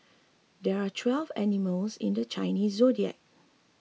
there are twelve animals in the Chinese zodiac